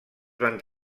van